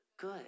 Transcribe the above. good